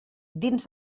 dins